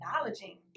acknowledging